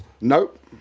Nope